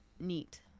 Neat